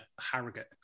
Harrogate